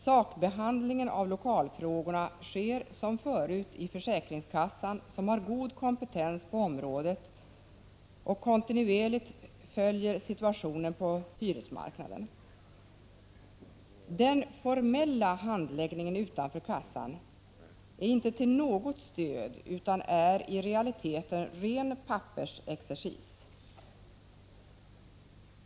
Sakbehandlingen av lokalfrågorna sker som förut i försäkringskassan, som har god kompetens på området och kontinuerligt följer situationen på hyresmarknaden. Den formella handläggningen utanför kassan är inte något stöd utan i realiteten ren pappersexercis.